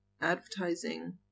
advertising